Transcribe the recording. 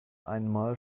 einmal